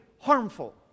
harmful